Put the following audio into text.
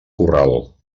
corral